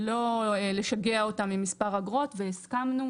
לא לשגע אותם עם מספר אגרות, והסכמנו.